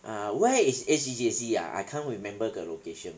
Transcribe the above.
ah where is A_C_J_C ah I can't remember the location